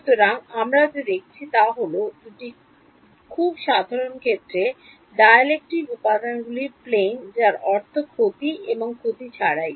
সুতরাং আমরা যা দেখেছি তা হল দুটি খুব সাধারণ ক্ষেত্রে ডাইলেট্রিক উপাদানগুলির প্লেন যার অর্থ ক্ষতি এবং ক্ষতি ছাড়াই